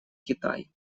китай